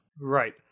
Right